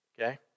Okay